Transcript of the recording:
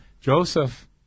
Joseph